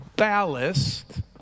ballast